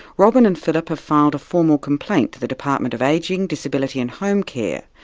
robyn and phillip have filed a formal complaint to the department of ageing, disability and home care,